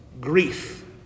grief